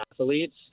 athletes